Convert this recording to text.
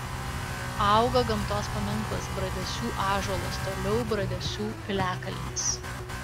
auga gamtos paminklas bradesių ąžuolas toliau bradesių piliakalnis